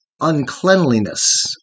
uncleanliness